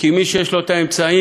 כי מי שיש לו את האמצעים,